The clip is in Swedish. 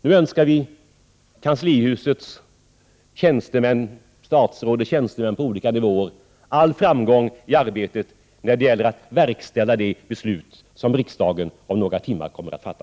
Nu önskar vi kanslihusets statsråd och tjänstemän på olika nivåer all framgång i arbetet när det gäller att verkställa det beslut som riksdagen om några timmar kommer att fatta.